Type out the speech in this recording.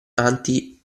anti